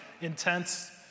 intense